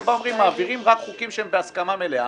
שבה מעבירים רק חוקים שהם בהסכמה מלאה,